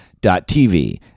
TV